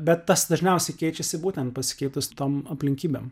bet tas dažniausiai keičiasi būtent pasikeitus tom aplinkybėm